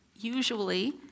usually